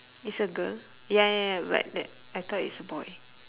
is a girl ya ya ya but that I thought it's a boy